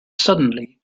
suddenly